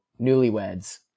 Newlyweds